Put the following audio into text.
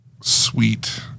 sweet